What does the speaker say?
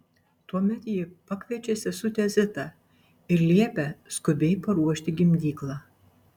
tuomet ji pakviečia sesutę zitą ir liepia skubiai paruošti gimdyklą